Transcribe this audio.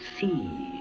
see